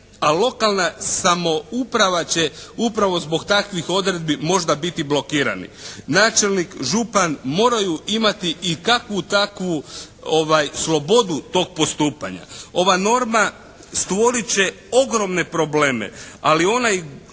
A lokalna samouprava će upravo zbog takvih odredbi možda biti blokirani. Načelnik, župan moraju imati i kakvu takvu slobodu tog postupanja. Ova norma stvorit će ogromne probleme. Ali onaj,